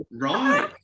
Right